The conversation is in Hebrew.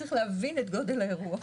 צריך להבין את גודל האירוע.